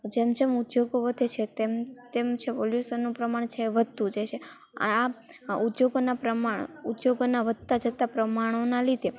જેમ જેમ ઉદ્યોગો વધે છે તેમ તેમ છે પોલ્યુશનનું પ્રમાણ છે વધતું જાય છે આ ઉદ્યોગોનાં પ્રમાણ ઉદ્યોગોનાં વધતાં જતાં પ્રમાણોનાં લીધે